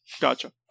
gotcha